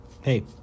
hey